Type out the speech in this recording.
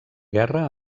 guerra